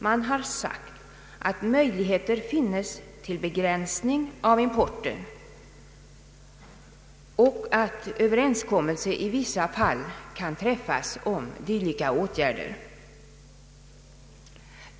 Man har sagt att möjligheter finns till begränsning av importen och att överenskommelse i vissa fall kan träffas om dylika åtgärder.